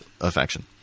affection